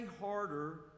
harder